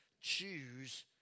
choose